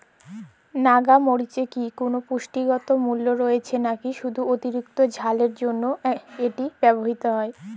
নাগা মরিচে কি কোনো পুষ্টিগত মূল্য রয়েছে নাকি শুধু অতিরিক্ত ঝালের জন্য এটি ব্যবহৃত হয়?